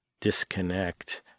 disconnect